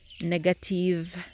negative